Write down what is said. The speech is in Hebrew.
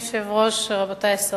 ההצעה הראשונה היא של סיעת קדימה,